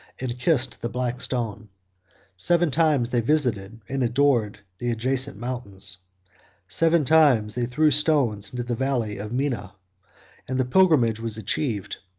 and kissed the black stone seven times they visited and adored the adjacent mountains seven times they threw stones into the valley of mina and the pilgrimage was achieved,